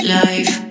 life